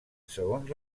segons